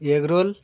egg roll